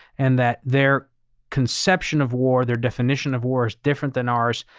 and that their conception of war, their definition of wars different than ours.